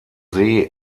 see